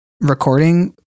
recording